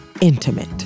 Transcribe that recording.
intimate